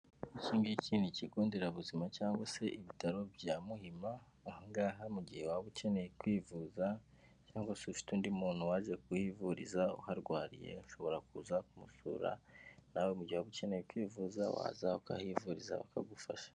Iki ngiki ni ikigonderabuzima cyangwa se ibitaro bya Muhima, ahangaha mu gihe waba ukeneye kwivuza, cyangwa se ufite undi muntu waje kuhivuriza uharwariye, ushobora kuza kumusura, nawe mu gihe waba ukeneye kwivuza waza ukahifuriza bakagufasha.